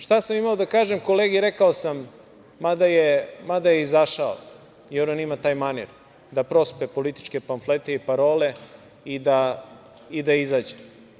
Šta sam imao da kažem kolegi, rekao sam, mada je izašao, jer on ima taj manir da prospe političke pamflete i parole i da izađe.